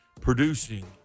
producing